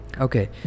Okay